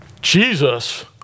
Jesus